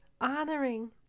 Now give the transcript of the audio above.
honoring